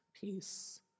peace